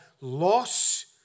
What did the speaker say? loss